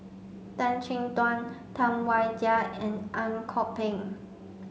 Tan Chin Tuan Tam Wai Jia and Ang Kok Peng